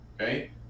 okay